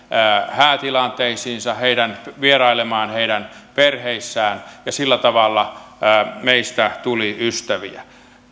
häätilanteisiinsa vierailemaan heidän perheissään ja sillä tavalla meistä tuli ystäviä